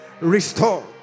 restore